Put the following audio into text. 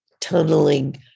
tunneling